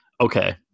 okay